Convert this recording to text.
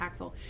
impactful